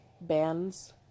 bands